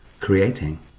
creating